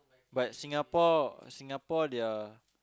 but Singapore Singapore their